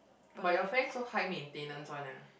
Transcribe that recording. but your friends so high maintenance one ah